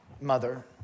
mother